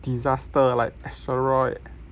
disaster like asteroid